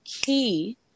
key